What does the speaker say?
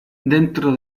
dentro